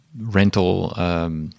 rental